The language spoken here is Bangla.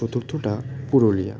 চতুর্থটা পুরুলিয়া